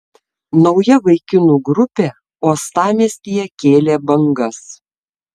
nauja vaikinų grupė uostamiestyje kėlė bangas